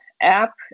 app